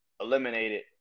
eliminated